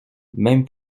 même